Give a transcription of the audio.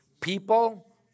people